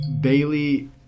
Bailey